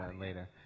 later